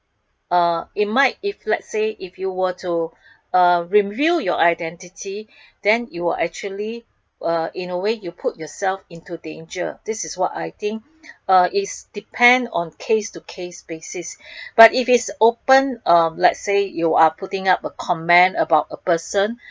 uh it might if let's say you were to uh reveal your identity then you were actually uh in a way you put yourself into danger this is what I think uh is depend on case to case basis but if it's open uh let's say you are putting up a comment about a person